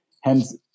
Hence